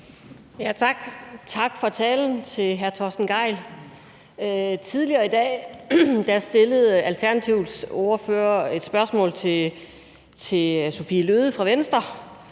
Tak til hr. Torsten Gejl for talen. Tidligere i dag stillede Alternativets ordfører et spørgsmål til Sophie Løhde fra Venstre